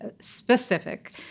specific